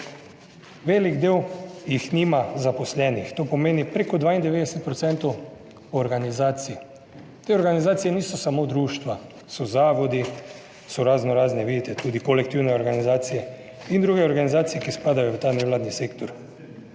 Velik del jih nima zaposlenih, to pomeni preko 92 % organizacij. Te organizacije niso samo društva, so zavodi, so razno razne, vidite, tudi kolektivne organizacije in druge organizacije, ki spadajo v ta nevladni sektor.